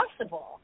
possible